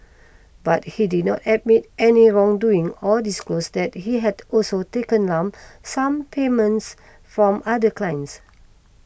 but he did not admit any wrongdoing or disclose that he had also taken lump sum payments from other clients